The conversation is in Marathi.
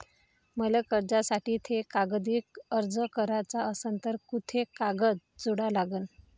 मले कर्जासाठी थे कागदी अर्ज कराचा असन तर कुंते कागद जोडा लागन?